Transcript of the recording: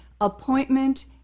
Appointment